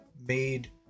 made